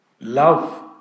love